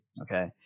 okay